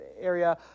area